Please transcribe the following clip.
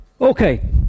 Okay